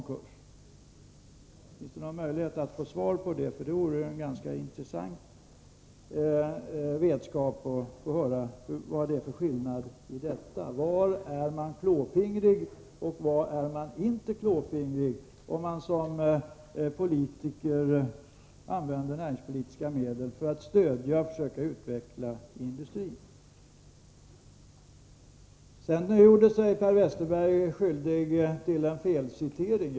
Jag hoppas att det finns en möjlighet att få svar på den frågan, för det vore intressant att känna till skillnaden. Var är man klåfingrig, och var är man inte klåfingrig, om man som politiker använder näringspolitiska medel för att stödja och försöka utveckla industrin? Sedan gjorde sig Per Westerberg skyldig till en felcitering.